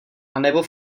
anebo